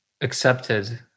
accepted